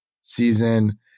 season